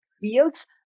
fields